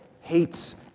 hates